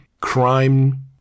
crime